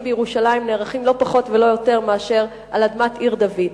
בירושלים נערכים לא פחות ולא יותר מאשר על אדמת עיר-דוד.